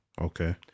Okay